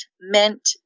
meant